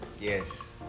Yes